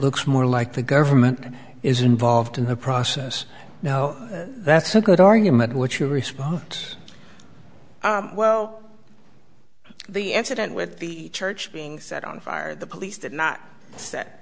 looks more like the government is involved in the process now that's a good argument what's your response well the incident with the church being set on fire the police did not set